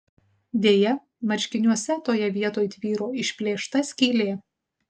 deja marškiniuose toje vietoj tvyro išplėšta skylė